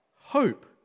hope